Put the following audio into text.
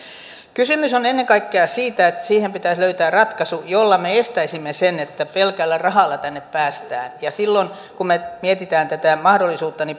kysymys on ennen kaikkea siitä että siihen pitäisi löytää ratkaisu jolla me estäisimme sen että pelkällä rahalla tänne päästään silloin kun me mietimme tätä mahdollisuutta